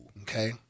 Okay